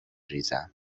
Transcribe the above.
ریزم